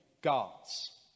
gods